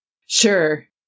Sure